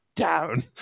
down